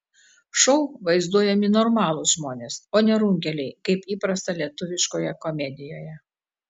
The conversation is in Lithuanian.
šou vaizduojami normalūs žmonės o ne runkeliai kaip įprasta lietuviškoje komedijoje